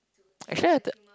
actually i tho~